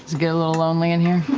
get a little lonely in here?